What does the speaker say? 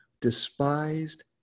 despised